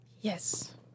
Yes